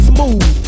Smooth